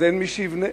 אז אין מי שיבנה.